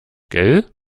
gell